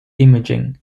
imaging